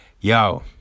Yo